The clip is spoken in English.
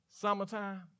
summertime